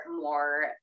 more